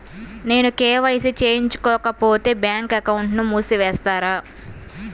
నేను కే.వై.సి చేయించుకోకపోతే బ్యాంక్ అకౌంట్ను మూసివేస్తారా?